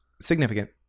Significant